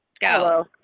go